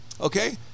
Okay